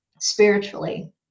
spiritually